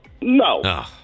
No